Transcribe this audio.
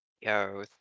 Yo